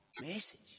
message